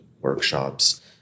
workshops